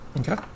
okay